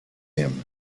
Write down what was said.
him